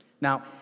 Now